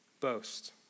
boast